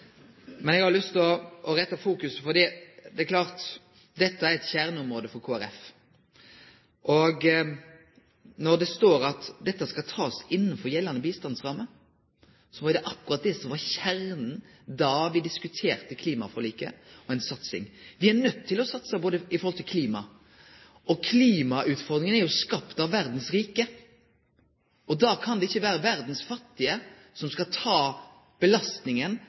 Men eg har lyst til å seie at dette er eit kjerneområde for Kristeleg Folkeparti. Når det står at ein skal ta dette innanfor gjeldande bistandsramme, så var det akkurat det som var kjernen da vi diskuterte klimaforliket og ei satsing. Vi er nøydde til å satse i forhold til klima – og klimautfordringane er jo skapte av verdas rike, og da kan det ikkje vere verdas fattige som skal ta belastninga